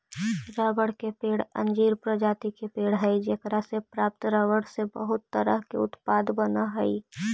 रबड़ के पेड़ अंजीर प्रजाति के पेड़ हइ जेकरा से प्राप्त रबर से बहुत तरह के उत्पाद बनऽ हइ